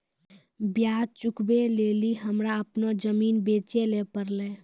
ब्याज चुकबै लेली हमरा अपनो जमीन बेचै ले पड़लै